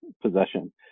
possession